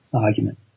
argument